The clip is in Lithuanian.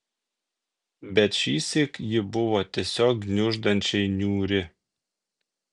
bet šįsyk ji buvo tiesiog gniuždančiai niūri